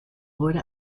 wurde